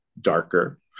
darker